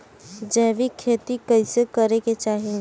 जैविक खेती कइसे करे के चाही?